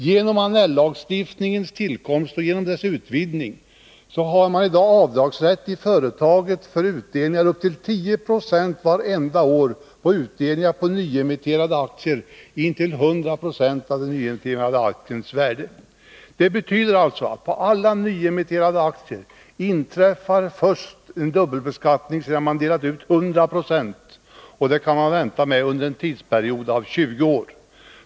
Genom Annell-lagstiftningens tillkomst och utvidgning har företagen i dag avdragsrätt för utdelningar upp till 10 2 vartenda år och för utdelningar på nyemitterade aktier intill 100 20 av den nyemitterade aktiens värde. Det betyder att en dubbelbeskattning på nyemitterade aktier inträffar först sedan man delat ut 100 96 — och det kan man vänta med under en tidsperiod av 20 år.